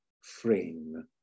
frame